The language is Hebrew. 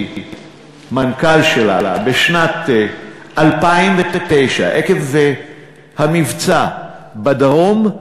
מנכ"ל שלה בשנת 2009: עקב המבצע בדרום,